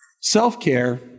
Self-care